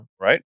Right